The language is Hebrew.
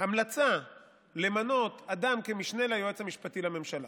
המלצה למנות אדם כמשנה ליועץ המשפטי לממשלה.